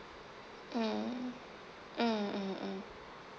mm mm mm mm